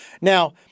Now